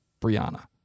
brianna